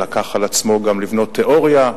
הוא לקח על עצמו גם לבנות תיאוריה.